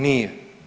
Nije.